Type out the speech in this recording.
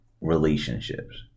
relationships